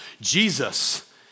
Jesus